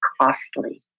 costly